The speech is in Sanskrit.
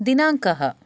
दिनाङ्कः